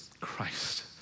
Christ